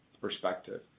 perspective